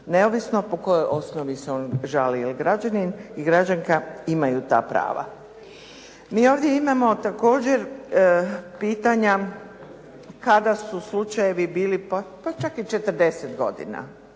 neovisno po kojoj osnovi se on žalio jer građanin i građanka imaju ta prava. Mi ovdje imamo također pitanja kada su slučajevi bili pa čak i 40 godina